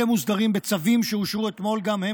אלה מוסדרים בצווים שאושרו אתמול גם הם